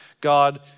God